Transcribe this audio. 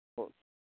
okay